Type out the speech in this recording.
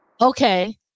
Okay